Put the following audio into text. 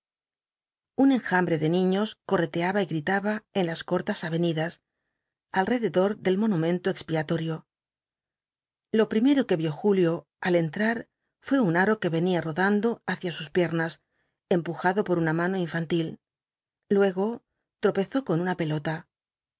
un enjambre de niños correteaba y gritaba en las cortas avenidas alrededor del monumento expiatorio lo primero que vio julio al entrar fué un aro que venía rodando hacia sus piernas empujado por una mano infantil luego tropezó con una pelota